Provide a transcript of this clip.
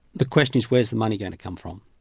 the question is where is the money going to come from?